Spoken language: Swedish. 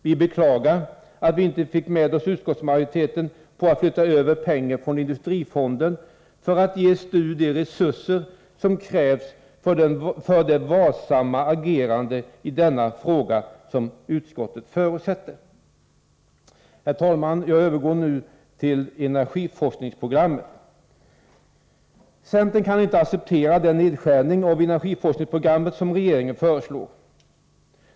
Vi beklagar att vi inte fick med oss utskottsmajoriteten på att flytta över pengar från industrifonden för att ge STU de resurser som krävs för det varsamma agerande i denna fråga som utskottet förutsätter. Herr talman! Jag övergår nu till energiforskningsprogrammet. Centern kan inte acceptera den nedskärning av energiforskningsprogrammet som regeringen föreslår.